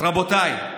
אז רבותיי,